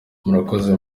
murakoze